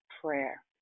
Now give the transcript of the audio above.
prayer